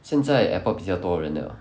现在 airport 比较多人 liao